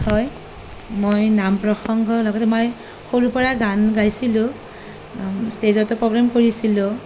হয় মই নাম প্ৰসংগৰ লগতে সৰু পৰাই গান গাইছিলোঁ ষ্টেজতো প্ৰগ্ৰেম কৰিছিলোঁ